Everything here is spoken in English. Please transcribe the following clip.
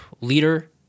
leader